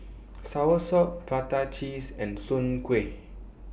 Soursop Prata Cheese and Soon Kuih